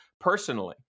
personally